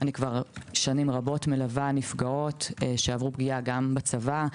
אני כבר שנים רבות מלווה נפגעות שעברו פגיעה גם בצבא,